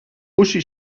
uschi